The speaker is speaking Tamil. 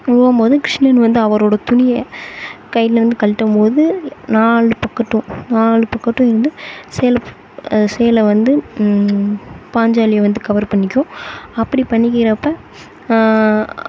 உருவும்போது கிருஷ்ணன் வந்து அவரோடய துணியை கையிலிருந்து கழட்டும்போது நாலு பக்கத்தும் நாலு பக்கத்தும் இருந்து சேலை சேலை வந்து பாஞ்சாலியை வந்து கவர் பண்ணிக்கும் அப்படி பண்ணிக்கிறப்போ